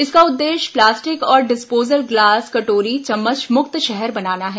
इसका उद्देश्य प्लास्टिक और डिस्पोजल गिलास कटोरी चम्मच मुक्त शहर बनाना है